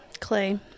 clay